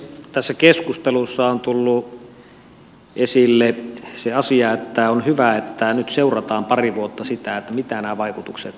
tässä keskustelussa on tullut esille se asia että on hyvä että nyt seurataan pari vuotta sitä mitä nämä vaikutukset ovat